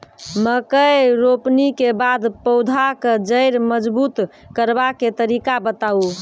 मकय रोपनी के बाद पौधाक जैर मजबूत करबा के तरीका बताऊ?